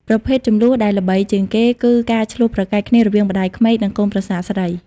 ប្រភេទជម្លោះដែលល្បីជាងគេគឺការឈ្លោះប្រកែកគ្នារវាងម្តាយក្មេកនិងកូនប្រសាស្រី។